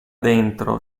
dentro